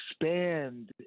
expand